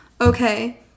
okay